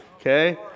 okay